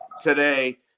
today